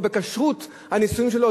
או בכשרות הנישואין שלו,